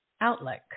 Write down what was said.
Outlook